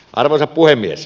arvoisa puhemies